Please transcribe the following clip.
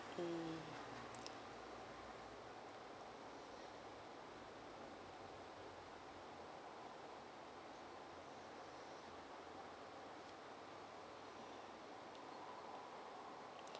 mm